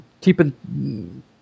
keeping